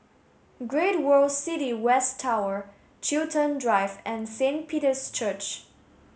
Great World City West Tower Chiltern Drive and Saint Peter's Church